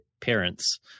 parents